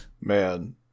Man